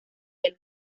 del